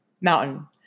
mountain